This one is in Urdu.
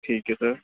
ٹھیک ہے سر